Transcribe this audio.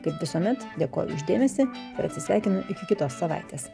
kaip visuomet dėkoju už dėmesį ir atsisveikinu iki kitos savaitės